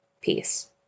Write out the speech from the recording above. peace